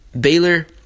Baylor